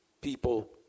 people